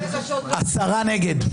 מי נגד?